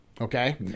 okay